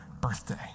birthday